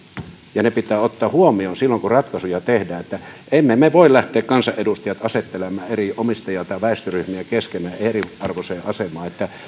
ja ottaa huomioon silloin kun ratkaisuja tehdään emme me kansanedustajat voi lähteä asettelemaan omistajia tai väestöryhmiä keskenään eriarvoiseen asemaan